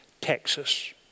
Texas